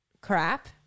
crap